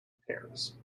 pairs